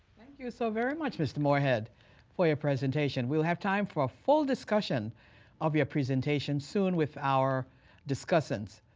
thank you so very much, mr. moore head for your presentation. we'll have time for a full discussion of your presentation soon with our discuss ants.